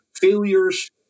failures